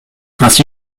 ainsi